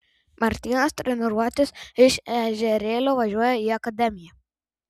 martynas treniruotis iš ežerėlio važiuoja į akademiją